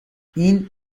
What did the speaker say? این